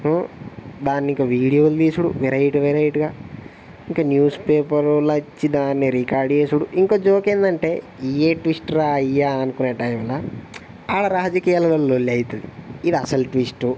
దానిక వీడియోలు తీసుడు వెరైటీ వెరైటీగ ఇంక న్యూస్ పేపర్ వాళ్ళొచ్చి దాన్ని రికార్డ్ చేసుడు ఇంకో జోక్ ఏంటంటే ఇవే ట్విస్ట్ రా అయ్యా అనుకునే టైంలో అక్కడ రాజకియాలలో లొల్లి అవుతుంది ఇది అసలు ట్విస్టు